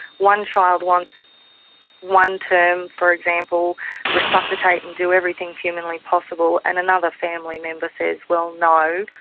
one child wants one term, for example resuscitate and do everything humanly possible, and another family member says, well, no,